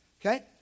Okay